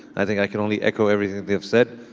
i think i can only echo everything that they have said.